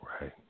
Right